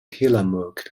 tillamook